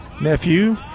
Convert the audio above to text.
Nephew